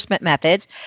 methods